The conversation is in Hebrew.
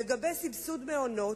לגבי סבסוד מעונות,